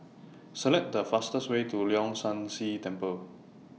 Select The fastest Way to Leong San See Temple